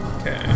Okay